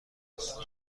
است